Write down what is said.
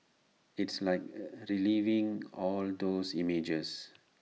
it's like reliving all those images